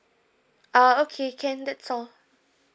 ah okay can that's all